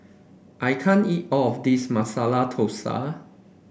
I can't eat all of this Masala Thosai